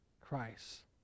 Christ